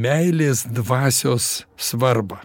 meilės dvasios svarbą